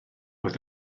oedd